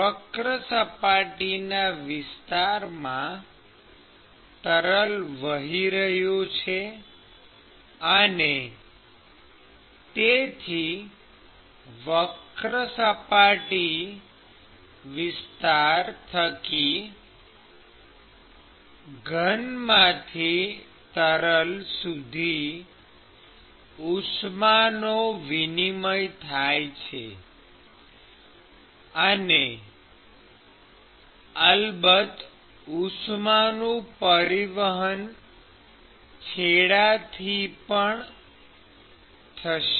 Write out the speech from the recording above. વક્ર સપાટીના વિસ્તારમાં તરલ વહી રહ્યું છે અને તેથી વક્ર સપાટીવાળા વિસ્તાર થકી ઘનમાંથી તરલ સુધી ઉષ્માનો વિનિમય થાય છે અને અલબત્ત ઉષ્માનું પરિવહન છેડાથી પણ થશે